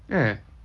eh